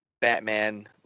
Batman